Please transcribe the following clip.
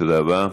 תודה רבה.